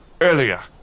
Earlier